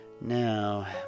Now